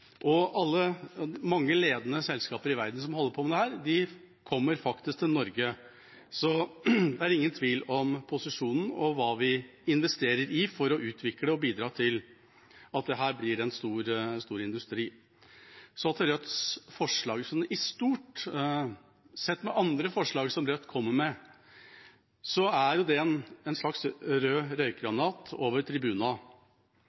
Mange ledende selskaper i verden som holder på med dette, kommer faktisk til Norge, så det er ingen tvil om posisjonen vår og hva vi investerer i for å utvikle og bidra til at dette blir en stor industri. Så til Rødts forslag, som, sett opp mot andre forslag som Rødt kommer med, er en slags rød røykgranat over tribunen. Jeg må stille spørsmålet: Hvor er det